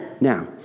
Now